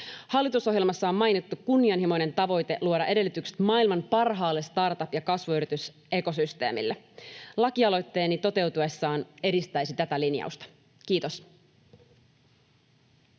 Hallitusohjelmassa on mainittu kunnianhimoinen tavoite luoda edellytykset maailman parhaalle startup- ja kasvuyritysekosysteemille. Lakialoitteeni toteutuessaan edistäisi tätä linjausta. — Kiitos.